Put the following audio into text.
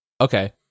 Okay